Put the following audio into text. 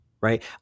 right